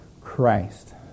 Christ